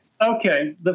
Okay